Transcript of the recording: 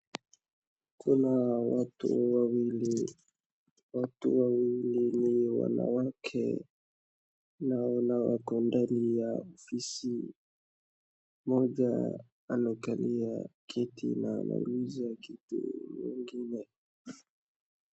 Kuna watu wawili, watu wawili ni wnawake naona wako ndani ya ofisi, mmoja anakalia kiti na anamaliza kiti ingine.